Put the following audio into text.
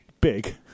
Big